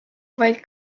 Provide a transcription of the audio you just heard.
vaid